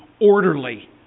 orderly